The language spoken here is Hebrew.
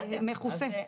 זה מכוסה.